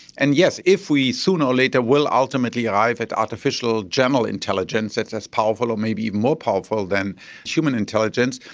and yes, if we sooner or later will ultimately arrive at artificial general intelligence that's that's powerful or maybe even more powerful than human intelligence,